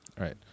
right